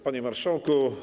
Panie Marszałku!